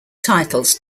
titles